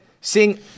Seeing